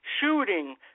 shooting